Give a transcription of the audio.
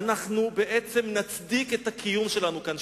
אז בעצם נצדיק את הקיום שלנו כאן.